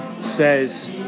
says